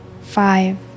five